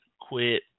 quit